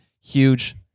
Huge